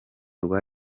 rwa